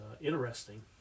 interesting